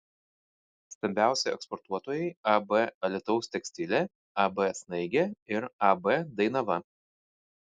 stambiausi eksportuotojai ab alytaus tekstilė ab snaigė ir ab dainava